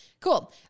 Cool